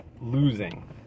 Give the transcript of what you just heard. losing